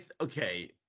Okay